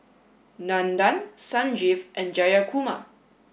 Nandan Sanjeev and Jayakumar